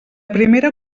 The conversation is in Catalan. primera